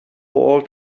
old